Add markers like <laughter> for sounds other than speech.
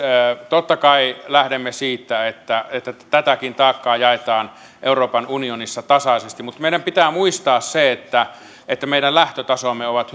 totta kai lähdemme siitä että että tätäkin taakkaa jaetaan euroopan unionissa tasaisesti mutta meidän pitää muistaa se että että meidän lähtötasomme ovat <unintelligible>